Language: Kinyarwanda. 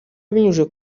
abinyujije